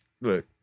Look